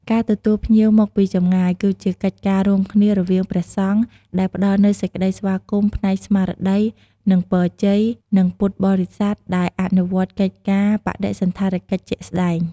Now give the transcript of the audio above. ចិត្តសប្បុរសធម៌ សំដៅដល់ការទទួលភ្ញៀវគឺជាការបង្ហាញនូវមេត្តាធម៌ និងការឲ្យទានតាមរយៈការចែករំលែកនូវអ្វីដែលខ្លួនមានទៅដល់អ្នកដទៃ។